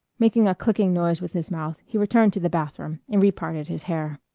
making a clicking noise with his mouth he returned to the bathroom and reparted his hair.